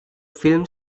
film